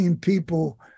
people